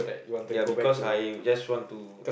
ya because I just want to